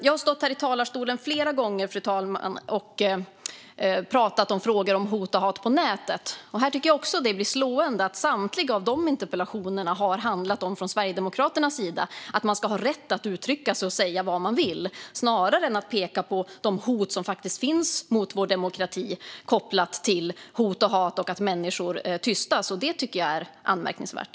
Jag har stått här flera gånger, fru talman, och pratat om frågor om hot och hat på nätet. Här tycker jag också att det är slående att samtliga av de interpellationerna från Sverigedemokraternas sida har handlat om att man ska ha rätt att uttrycka sig och säga vad man vill snarare än att peka på de hot som faktiskt finns mot vår demokrati kopplat till hot och hat och att människor tystas. Det tycker jag är anmärkningsvärt.